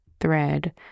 thread